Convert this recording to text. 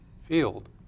field